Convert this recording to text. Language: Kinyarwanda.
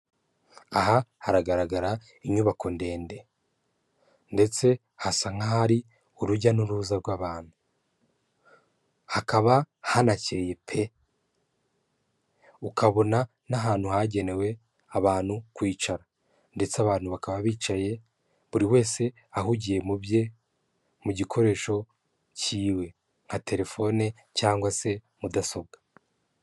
Aha haragaragara inyubako ndende ndetse hasa nk'ahari urujya n'uruza rw'abantu, hakaba hanakeye pe! ukabona n'ahantu hagenewe abantu kwicara ndetse abantu bakaba bicaye buri wese ahugiye mu bye mu gikoresho cy'iwe nka telefone cyangwa se mudasobwa.